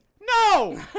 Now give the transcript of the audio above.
no